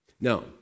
Now